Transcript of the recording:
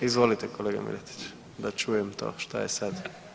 Izvolite kolega Miletić da čujem to šta je sad.